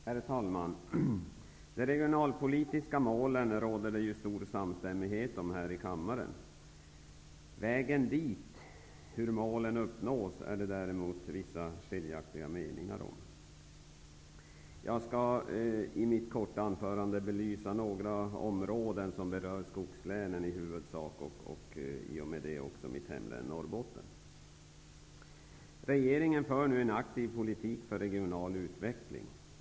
Herr talman! Det råder stor samstämmighet här i kammaren om de regionalpolitiska målen. Vägen dit -- hur målen uppnås -- finns det däremot skiljaktiga meningar om. Jag skall i mitt korta anförande belysa några områden som i huvudsak berör skogslänen. I och med det kommer jag också att beröra mitt hemlän Regeringen för nu en aktiv politik för regional utveckling.